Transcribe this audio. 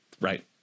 Right